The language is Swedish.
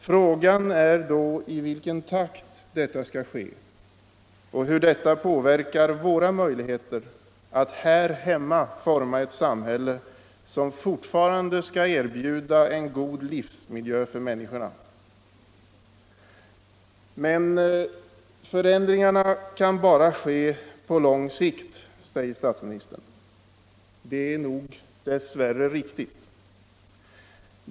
Frågan är då i vilken takt detta skall ske och hur detta påverkar våra möjligheter att här hemma forma ett samhälle som fortfarande skall er misk världsordning bjuda en god livsmiljö för människorna. Men förändringar kan bara ske på lång sikt, säger statsministern. Det är nog dess värre riktigt.